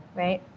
right